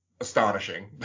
astonishing